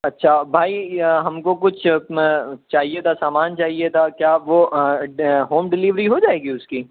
اچھا بھائی ہم کو کچھ چاہیے تھا سامان چاہیے تھا کیا وہ ہوم ڈلیوری ہو جائے گی اس کی